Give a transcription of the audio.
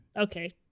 okay